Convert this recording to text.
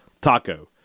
Taco